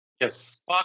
Yes